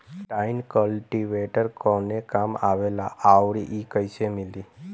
Tine cultivator कवने काम आवेला आउर इ कैसे मिली?